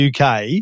UK